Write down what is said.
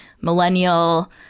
millennial